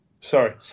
sorry